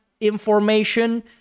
information